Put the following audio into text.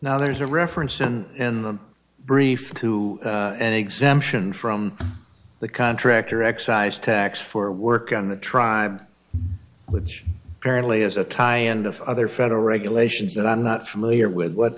now there's a reference in in the brief to an exemption from the contract or excise tax for work on the tribe which apparently is a tie end of other federal regulations that i'm not familiar with what